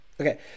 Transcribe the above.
Okay